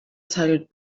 salut